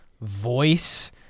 voice